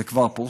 זה כבר פורסם,